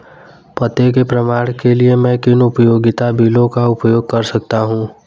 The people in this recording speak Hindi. पते के प्रमाण के लिए मैं किन उपयोगिता बिलों का उपयोग कर सकता हूँ?